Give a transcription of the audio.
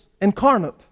Incarnate